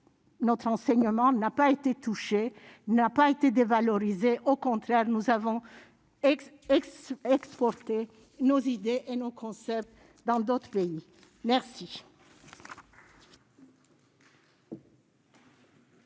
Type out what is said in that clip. notre enseignement n'a pas été touché, n'a pas été dévalorisé au contraire nous avons. Ex-exporter nos idées et nos concepts dans d'autres pays, merci.